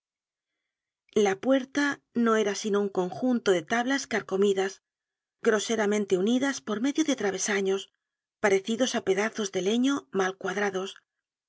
la puerta no era sino un conjunto de tablas carcomidas groseramente unidas por medio de travesaños parecidos á pedazos de leño mal cuadrados